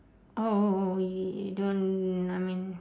oh oh oh don't I mean